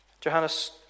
Johannes